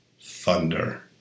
thunder